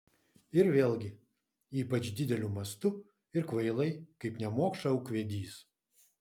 ir vėlgi ypač dideliu mastu ir kvailai kaip nemokša ūkvedys